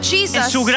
Jesus